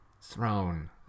throne